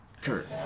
Kurt